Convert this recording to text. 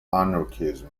anarchism